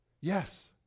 Yes